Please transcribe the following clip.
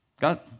God